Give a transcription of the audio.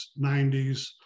90s